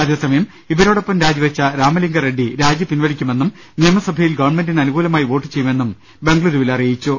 അതേസമയം ഇവരോടൊപ്പം രാജിവെച്ച രാമലിം ഗറെഡ്ഡി രാജി പിൻവലിക്കുമെന്നും നിയമസഭയിൽ ഗവൺമെന്റിന് അനു കൂലമായി വോട്ട് ചെയ്യുമെന്നും ബെംഗളുരുവിൽ അറിയിച്ചു